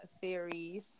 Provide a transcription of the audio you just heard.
series